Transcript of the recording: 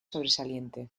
sobresaliente